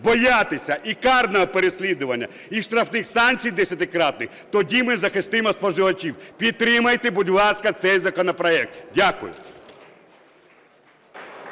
боятися і карного переслідування, і штрафних санкцій десятикратних, тоді ми захистимо споживачів. Підтримайте, будь ласка, цей законопроект. Дякую.